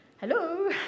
hello